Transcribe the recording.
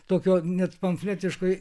tokio net pamfletiškai